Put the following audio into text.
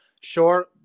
sure